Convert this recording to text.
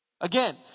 Again